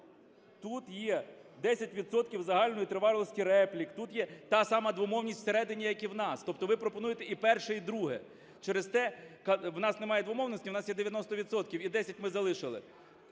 відсотків загальної тривалості реплік, тут є та сама двомовність всередині, як і у нас, тобто ви пропонуєте і перше, і друге. Через те у нас немає двомовності, у нас є 90 відсотків, і 10 ми залишили.